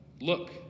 look